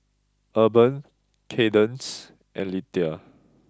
Urban Cadence and Litha